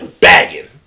bagging